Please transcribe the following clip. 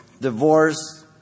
divorce